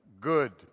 good